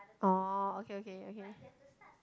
orh okay okay okay